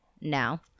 now